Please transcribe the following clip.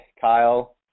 Kyle